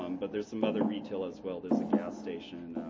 um but there's some other retail, as well. there's a gas station,